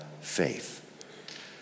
faith